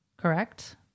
Correct